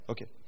Okay